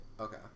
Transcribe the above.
Okay